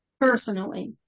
personally